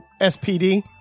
SPD